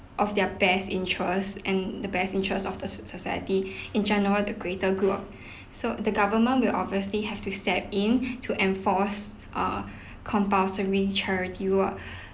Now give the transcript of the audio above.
of their best interest and the best interest of the so~ society in general the greater good so the government will obviously have to step in to enforce err compulsory charity work